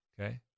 Okay